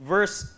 Verse